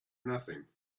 nothing